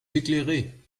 éclairés